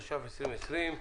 התש"ף-2020,